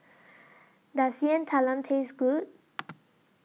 Does Yam Talam Taste Good